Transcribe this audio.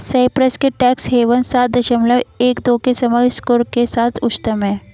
Cyprus के tax havens सात दशमलव एक दो के समग्र स्कोर के साथ उच्चतम हैं